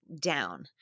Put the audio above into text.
down